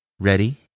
Ready